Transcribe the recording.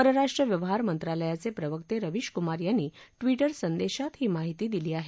परराष्ट्र व्यवहार मंत्रालयाचे प्रवक्ते रवीश कुमार यांनी ट्विटर संदेशात ही माहिती दिली आहे